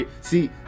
See